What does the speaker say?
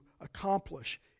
accomplish